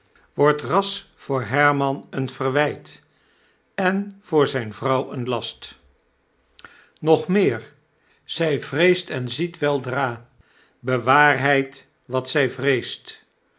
wordt ras voor herman een verwijt en voor zgn vrouw een last nog meer zij vreest en ziet weldra bewaarheid wat zg vreest